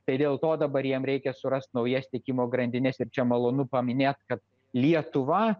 tai dėl to dabar jiem reikia surast naujas tiekimo grandines ir čia malonu paminėt kad lietuva